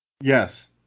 yes